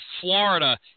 Florida